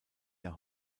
der